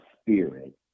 spirit